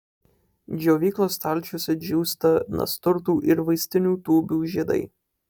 džiovyklos stalčiuose džiūsta nasturtų ir vaistinių tūbių žiedai